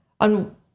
on